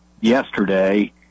yesterday